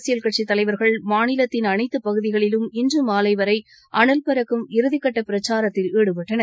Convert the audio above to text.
அரசியல் கட்சித்தலைவர்கள் மாநிலத்தின் அனைத்துப்பகுதிகளிலும் இன்று மாலை வரை அனல் பறக்கும் இறுதிக்கட்ட பிரச்சாரத்தில் ஈடுபட்டனர்